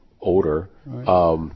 older